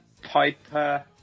Piper